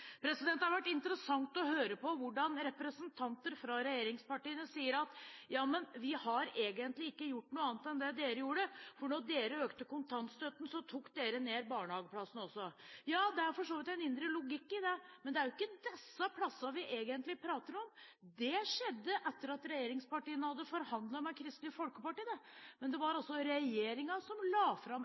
Det har vært interessant å høre på det representanter fra regjeringspartiene sier: Ja, men vi har egentlig ikke gjort noe annet enn det dere gjorde, for da dere økte kontantstøtten, tok dere ned barnehageplassene også. Ja, det er for så vidt en indre logikk i det, men det er jo ikke disse plassene vi egentlig prater om. Dét skjedde etter at regjeringspartiene hadde forhandlet med Kristelig Folkeparti, men det var regjeringen som la fram